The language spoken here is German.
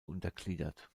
untergliedert